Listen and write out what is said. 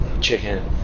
chicken